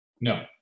No